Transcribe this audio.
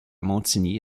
montigny